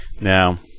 Now